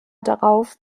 darauf